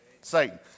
Satan